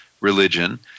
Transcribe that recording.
religion